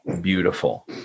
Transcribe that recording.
beautiful